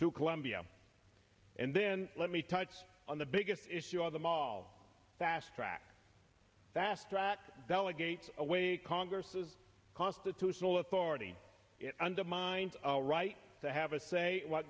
to colombia and then let me touch on the biggest issue of them all fast track fast track delegates away congress's constitutional authority undermines our right to have a say in what